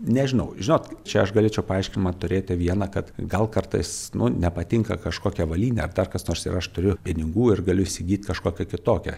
nežinau žinot čia aš galėčiau paaiškinimą turėti vieną kad gal kartais nu nepatinka kažkokia avalynė ar dar kas nors ir aš turiu pinigų ir galiu įsigyt kažkokią kitokią